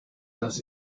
dass